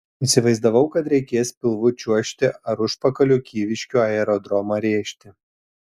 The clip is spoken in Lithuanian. įsivaizdavau kad reikės pilvu čiuožti ar užpakaliu kyviškių aerodromą rėžti